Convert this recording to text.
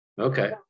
Okay